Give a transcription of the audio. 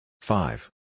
five